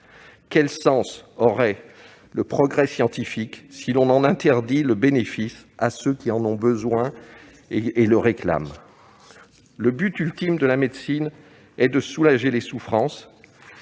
Quel sens aurait le progrès scientifique si l'on en interdisait le bénéfice à ceux qui en ont besoin et qui le réclament ? La finalité ultime de la médecine est de soulager les souffrances.